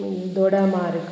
दोडा मार्ग